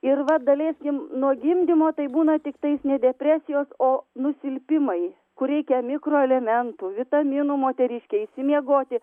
ir va daleiskim nuo gimdymo tai būna tiktais ne depresijos o nusilpimai kur reikia mikroelementų vitaminų moteriškei išsimiegoti